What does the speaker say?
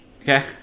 Okay